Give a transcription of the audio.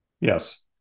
Yes